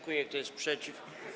Kto jest przeciw?